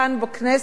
בכנסת,